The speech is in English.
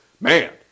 Man